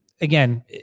again